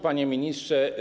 Panie Ministrze!